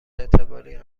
اعتباری